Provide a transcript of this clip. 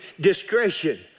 discretion